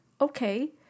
okay